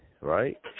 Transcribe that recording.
right